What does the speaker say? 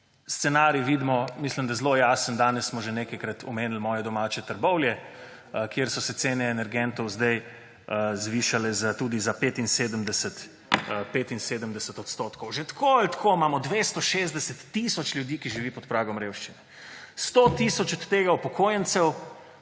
treba. Vidimo, da je scenarij zelo jasen. Danes smo že nekajkrat omenili moje domače Trbovlje, kjer so se cene energentov zdaj zvišale tudi za 75 odstotkov. Že tako ali tako imamo 260 tisoč ljudi, ki živijo pod pragom revščine. 100 tisoč od tega upokojencev,